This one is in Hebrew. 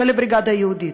של הבריגדה היהודית.